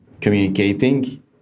communicating